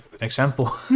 example